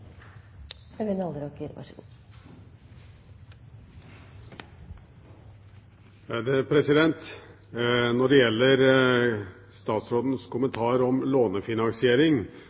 når det gjelder statsrådens kommentar om lånefinansiering.